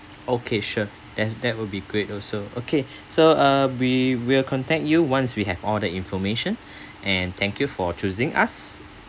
okay sure that's that will be great also okay so uh we will contact you once we have all the information and thank you for choosing us